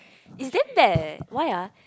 is damn bad eh why ah